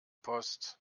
post